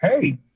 Hey